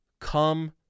Come